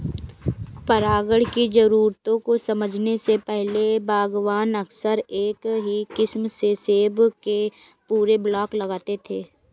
परागण की जरूरतों को समझने से पहले, बागवान अक्सर एक ही किस्म के सेब के पूरे ब्लॉक लगाते थे